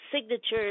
signatures